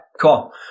cool